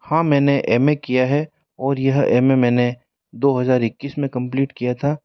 हाँ मैंने M A किया है और यह एम ए मैंने दो हज़ार इक्कीस में कम्प्लीट किया था